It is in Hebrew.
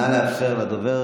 נא לאפשר לדובר.